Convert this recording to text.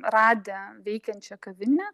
radę veikiančią kavinę